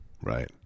right